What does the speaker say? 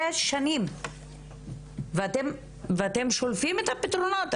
שש שנים ואתם שולפים את הפתרונות,